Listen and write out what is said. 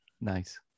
Nice